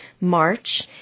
March